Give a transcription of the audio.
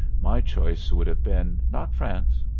my choice would have been, not france,